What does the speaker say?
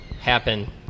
happen